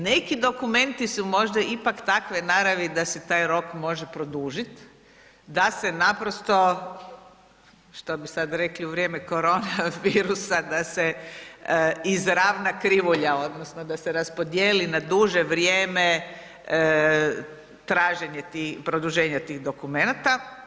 Neki dokumenti su možda ipak takve naravi da se taj rok može produžiti, da se naprosto što bi sad rekli u vrijeme koronavirusa da se izravna krivulja, odnosno da se raspodijeli na duže vrijeme traženje tih, produženje tih dokumenata.